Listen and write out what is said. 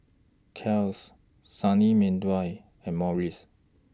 Kiehl's Sunny Meadow and Morries